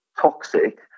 toxic